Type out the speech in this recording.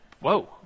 whoa